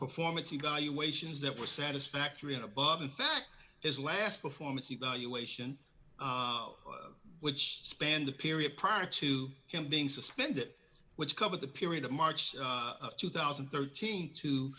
performance evaluations that were satisfactory and above in fact his last performance evaluation which spanned the period prior to him being suspended which cover the period of march of two thousand and thirteen to